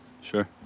Sure